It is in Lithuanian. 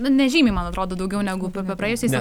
nežymiai man atrodo daugiau negu per